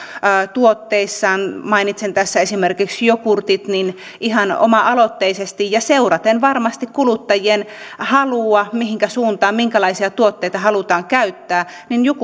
tuotteissaan mainitsen tässä esimerkiksi jogurtit ihan oma aloitteisesti ja seuraten varmasti kuluttajien halua siitä mihinkä suuntaan halutaan mennä minkälaisia tuotteita halutaan käyttää